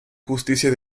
justicia